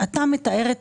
אתה מתאר את